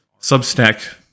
Substack